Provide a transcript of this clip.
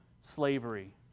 slavery